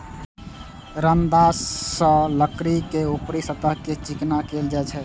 रंदा सं लकड़ी के ऊपरी सतह कें चिकना कैल जाइ छै